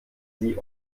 sie